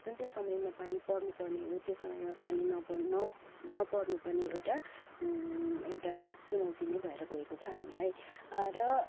जुन चाहिँ समयमा पानी पर्नु पर्ने हो त्यो समयमा पानी नपर्नु न नपर्नु पनि एउटा एउटा चुनौती नै भएर गएको छ हामीलाई र